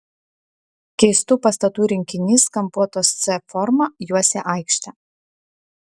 keistų pastatų rinkinys kampuotos c forma juosė aikštę